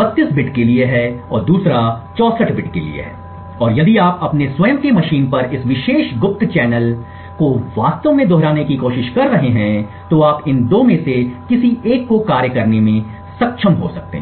32 bit के लिए है और दूसरा 64 बिट के लिए है और यदि आप अपने स्वयं के मशीन पर इस विशेष गुप्त चैनल को वास्तव में दोहराने की कोशिश कर रहे हैं तो आप इन 2 में से किसी एक को कार्य करने में सक्षम कर सकते हैं